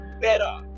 better